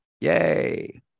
Yay